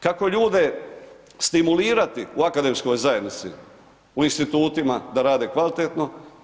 Kako ljude stimulirati u akademskoj zajednici, u institutima da rade kvalitetno?